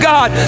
God